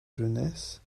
jeunesse